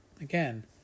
Again